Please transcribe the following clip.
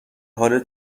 حال